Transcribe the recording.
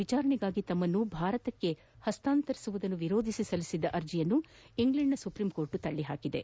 ವಿಚಾರಣೆಗಾಗಿ ತಮ್ಮನ್ನು ಭಾರತಕ್ಕೆ ಹಸ್ತಾಂತರಿಸುವುದನ್ನು ವಿರೋಧಿಸಿ ಸಲ್ಲಿಸಿದ್ದ ಅರ್ಜಿಯನ್ನು ಇಂಗ್ಲೆಂಡ್ನ ಸುಪ್ರೀಂಕೋರ್ಟ್ ತಳ್ಳಿಹಾಕಿದೆ